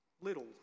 little